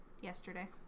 Yesterday